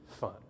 fun